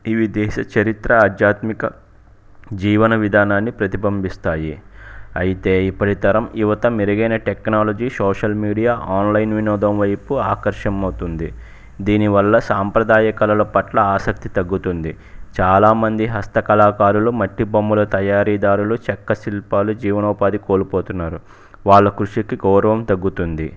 ఇవి దేశ చరిత్ర ఆధ్యాత్మిక జీవన విధానాన్ని ప్రతిబింబిస్తాయి అయితే ఇప్పటి తరం యువత మెరుగైన టెక్నాలజీ సోషల్ మీడియా ఆన్లైన్ వినోదం వైపు ఆకర్షం అవుతుంది దీనివల్ల సాంప్రదాయ కళల పట్ల ఆసక్తి తగ్గుతుంది చాలామంది హస్త కళాకారులు మట్టి బొమ్మల తయారీదారులు చెక్క శిల్పాలు జీవనోపాధి కోల్పోతున్నారు వాళ్ళ కృషికి గౌరవం తగ్గుతుంది